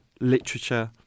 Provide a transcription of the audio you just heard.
literature